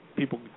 people